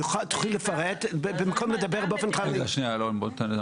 ב-2017 הייתה